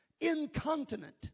incontinent